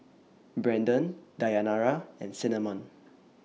Brandon Dayanara and Cinnamon